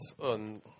on